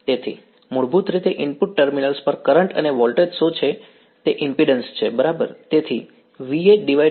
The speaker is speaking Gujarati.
તેથી મૂળભૂત રીતે ઇનપુટ ટર્મિનલ્સ પર કરંટ અને વોલ્ટેજ શું છે તે ઈમ્પિડ્ન્સ છે બરાબર